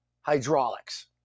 hydraulics